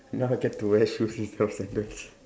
now I get to wear shoes instead of sandals